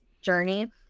journey